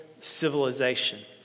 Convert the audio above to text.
civilization